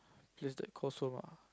just that cost